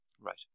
right